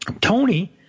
Tony